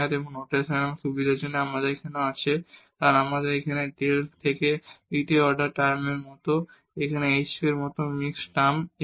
এবং নোটেশনাল সুবিধার জন্য আমাদের এখানে ডেল থেকে দ্বিতীয় অর্ডার টার্মের মতো এটিও hk এর মত মিক্স টার্ম হবে